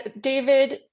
David